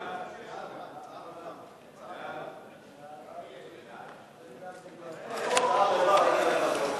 ההצעה להעביר את הצעת חוק התכנון והבנייה (תיקון,